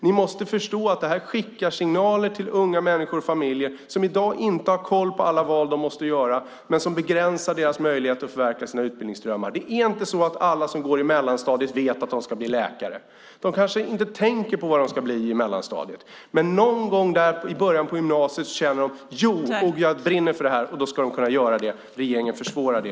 Ni måste förstå att det här skickar signaler till unga människor och familjer som inte har koll på alla val de måste göra och som begränsar deras möjligheter att förverkliga sina utbildningsdrömmar. Inte alla som går i mellanstadiet vet att de ska bli läkare. I mellanstadiet kanske de inte tänker på vad de ska bli. Någon gång i början av gymnasiet kan de känna att de brinner för något. Då ska de kunna förverkliga det. Regeringen försvårar det.